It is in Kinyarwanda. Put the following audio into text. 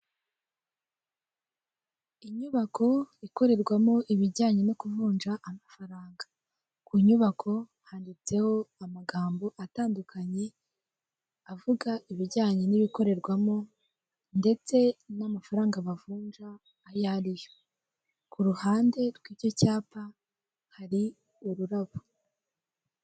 Inyubako ikorerwamo ibijyanye no kuvunja amafaranga, ku inyubako handitseho amagambo atandukanye avuga ibijyanye n'ibikorerwamo, ndetse n'amafaranga bavunja ayo ariyo, ku ruhande rw'icyo cyapa hari ururabo